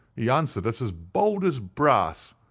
he answered us as bold as brass,